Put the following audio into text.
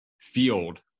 Field